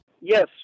yes